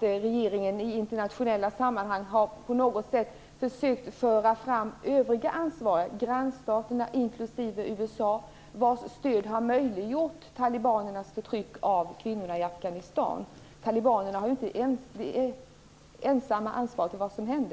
regeringen i internationella sammanhang har på något sätt försökt föra fram övriga ansvariga - grannstaterna och USA - vars stöd har möjliggjort talibanernas förtryck av kvinnorna i Afghanistan. Talibanerna har ju inte ensamma ansvaret för det som hände.